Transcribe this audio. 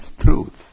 truth